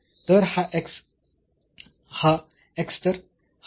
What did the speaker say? तर हा x तर हा 0